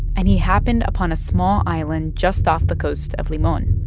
and he happened upon a small island just off the coast of limon.